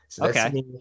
okay